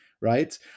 right